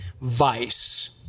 vice